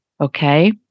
okay